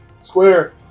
square